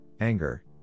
anger